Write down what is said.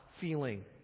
feeling